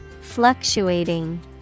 Fluctuating